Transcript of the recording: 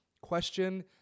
question